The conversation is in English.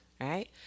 right